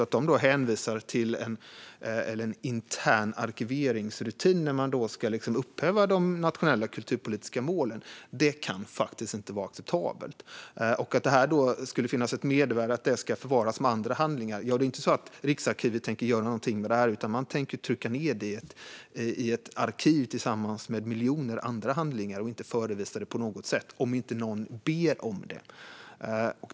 Att de då hänvisar till en intern arkiveringsrutin som upphäver de nationella kulturpolitiska målen kan faktiskt inte vara acceptabelt. När det gäller att det skulle finnas ett mervärde i att detta förvaras med andra handlingar är det ju inte så att Riksarkivet tänker göra någonting med breven. Man tänker trycka ned dem i ett arkiv tillsammans med miljoner andra handlingar och inte förevisa dem på något sätt, om inte någon ber om det.